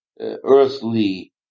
Earthly